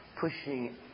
pushing